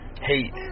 hate